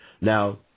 Now